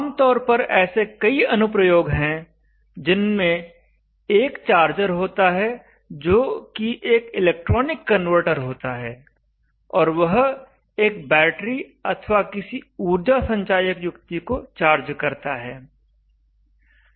आमतौर पर ऐसे कई अनुप्रयोग हैं जिनमें एक चार्जर होता है जो कि एक इलेक्ट्रॉनिक कन्वर्टर होता है और वह एक बैटरी अथवा किसी ऊर्जा संचायक युक्ति को चार्ज करता है